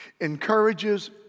encourages